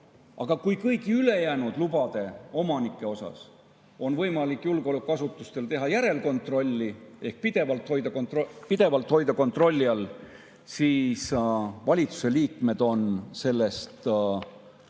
Aga kui kõigi ülejäänud lubade omanike üle on võimalik julgeolekuasutustel teha järelkontrolli ehk pidevalt hoida neid kontrolli all, siis valitsuse liikmed on sellest